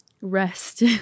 rest